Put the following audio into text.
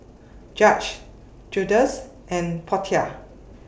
Judge Justus and Portia